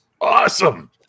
awesome